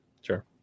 Sure